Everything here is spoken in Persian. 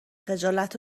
خجالت